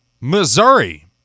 Missouri